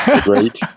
great